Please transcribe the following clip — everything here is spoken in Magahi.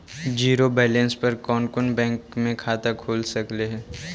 जिरो बैलेंस पर कोन कोन बैंक में खाता खुल सकले हे?